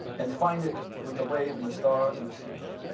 and find it with the wave and the star and the sea bird.